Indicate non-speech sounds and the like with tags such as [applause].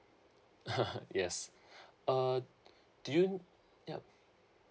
[laughs] yes uh do you yup